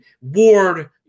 Ward